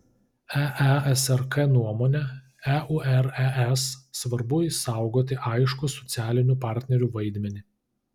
eesrk nuomone eures svarbu išsaugoti aiškų socialinių partnerių vaidmenį